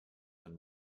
than